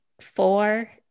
four